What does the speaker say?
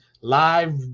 live